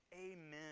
Amen